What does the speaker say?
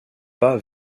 pas